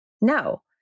No